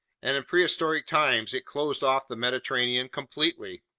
and in prehistoric times it closed off the mediterranean completely.